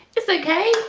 it's okay,